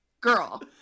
girl